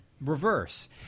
reverse